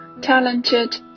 talented